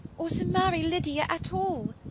or to marry lydia at all!